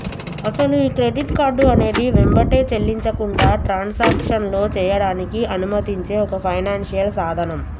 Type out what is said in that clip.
అసలు ఈ credit card అనేది వెంబటే చెల్లించకుండా ట్రాన్సాక్షన్లో చేయడానికి అనుమతించే ఒక ఫైనాన్షియల్ సాధనం